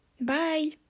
Bye